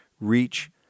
Reach